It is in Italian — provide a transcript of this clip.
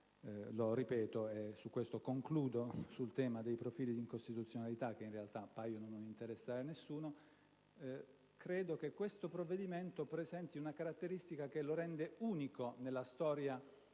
lo ripeto, e concludo sul tema dei profili di incostituzionalità, che in realtà appaiono non interessare nessuno - che questo provvedimento presenti una caratteristica che lo rende unico nella storia